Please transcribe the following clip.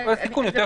הסיכון יותר קטן.